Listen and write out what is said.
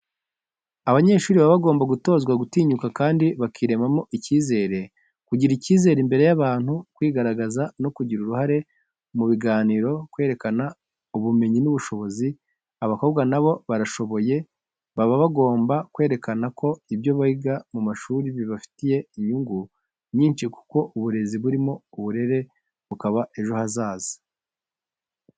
Abanyeshuri baba bagomba gutozwa gutinyuka kandi bakiremamo ikizere. Kugira icyizere imbere y’abantu, kwigaragaza no kugira uruhare mu biganiro, kwerekana ubumenyi n'ubushobozi, abakobwa nabo barashoboye baba bagomba kwerekana ko ibyo biga mu mashuri bibafitiye inyungu nyinshi kuko uburezi burimo uburere no kubaka ejo hazaza.